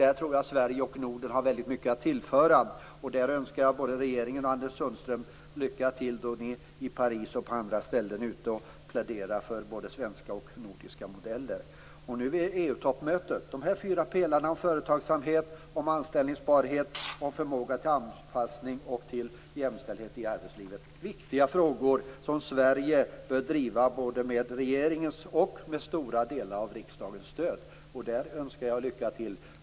Jag tror att Sverige och Norden där har mycket att tillföra och önskar regeringen och Anders Sundström lycka till när ni i Paris och på andra ställen pläderar för både svenska och nordiska modeller. Det gäller också EU-toppmötet och de fyra pelarna: företagsamhet och anställningsbarhet liksom förmåga till anpassning och jämställdhet i arbetslivet. Det är viktiga frågor som Sverige bör driva både med regeringens stöd och med stöd av stora delar av riksdagen. Där önskar jag alltså lycka till.